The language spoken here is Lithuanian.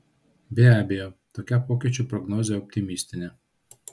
be abejo tokia pokyčių prognozė optimistinė